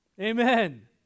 Amen